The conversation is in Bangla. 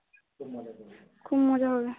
খুব মজা হবে